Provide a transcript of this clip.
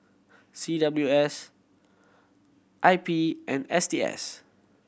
C W S I P and S T S